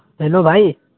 hello بھائی